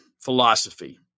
philosophy